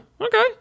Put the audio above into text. okay